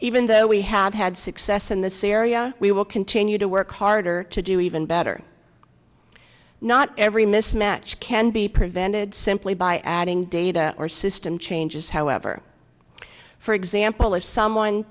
even though we have had success in this area we will continue to work harder to do even better not every mismatch can be prevented simply by adding data or system changes however for example if someone